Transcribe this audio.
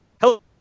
Hello